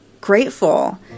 grateful